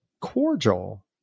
cordial